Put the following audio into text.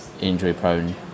injury-prone